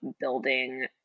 building